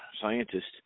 scientist